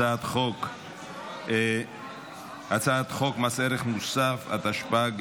הצעת חוק מס ערך מוסף (תיקון,